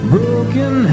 Broken